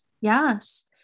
yes